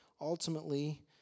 ultimately